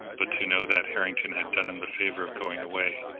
but to know that harrington had done him the favor of going away,